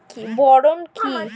Boron কি?